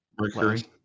Mercury